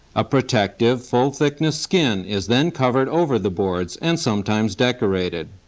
a protective, full-thickness skin is then covered over the boards, and sometimes decorated.